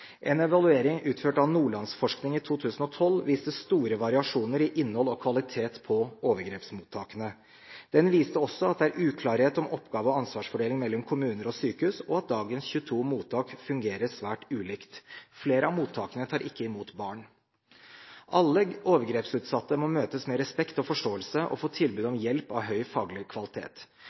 En evaluering utført av Nordlandsforskning i 2012 viste store variasjoner i innhold og kvalitet ved overgrepsmottakene. Den viste også at det er uklarhet om oppgave- og ansvarsfordelingen mellom kommuner og sykehus, og at dagens 22 mottak fungerer svært ulikt. Flere av mottakene tar ikke imot barn. Alle overgrepsutsatte må møtes med respekt og forståelse og få tilbud om hjelp av høy faglig kvalitet.